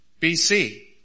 BC